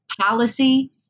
policy